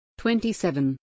27